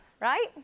right